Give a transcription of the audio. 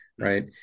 Right